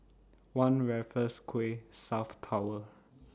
one Raffles Quay South Tower